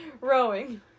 Rowing